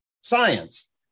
science